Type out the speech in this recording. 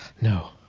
No